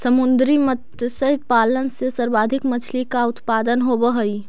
समुद्री मत्स्य पालन से सर्वाधिक मछली का उत्पादन होवअ हई